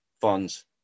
funds